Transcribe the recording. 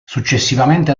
successivamente